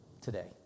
today